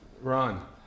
Ron